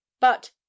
But